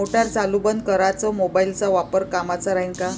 Motor चालू बंद कराच मोबाईलचा वापर कामाचा राहीन का?